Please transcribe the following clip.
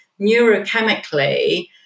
neurochemically